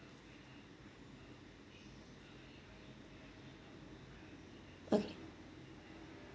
okay